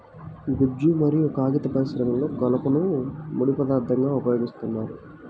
గుజ్జు మరియు కాగిత పరిశ్రమలో కలపను ముడి పదార్థంగా ఉపయోగిస్తున్నారు